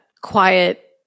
quiet